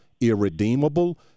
irredeemable